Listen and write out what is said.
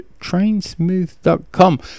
trainsmooth.com